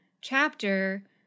chapter